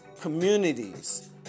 Communities